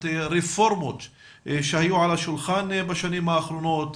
הרפורמות שהיו על השולחן בשנים האחרונות,